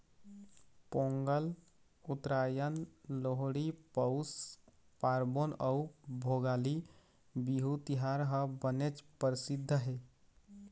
पोंगल, उत्तरायन, लोहड़ी, पउस पारबोन अउ भोगाली बिहू तिहार ह बनेच परसिद्ध हे